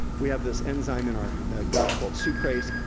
we have this enzyme in our gut called sucrose,